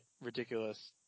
ridiculous